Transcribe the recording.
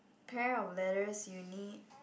pair of letters you need